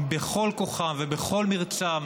בכל כוחם ובכל מרצם,